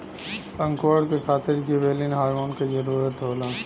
अंकुरण के खातिर जिबरेलिन हार्मोन क जरूरत होला